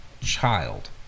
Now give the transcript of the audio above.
child